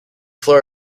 floor